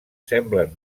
semblen